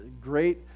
great